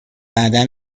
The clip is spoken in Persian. بعدا